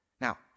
Now